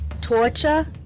torture